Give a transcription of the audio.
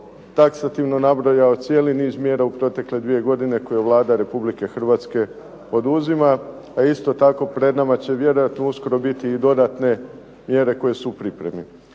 taksativno nabrojao cijeli niz mjera u protekle dvije godine koje je Vlada Republike Hrvatske oduzima. A isto tako pred nama će vjerojatno uskoro biti i dodatne mjere koje su u pripremi.